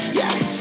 yes